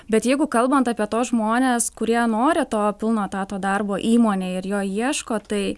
bet jeigu kalbant apie tuos žmones kurie nori to pilno etato darbo įmonėj ir jo ieško tai